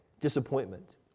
Disappointment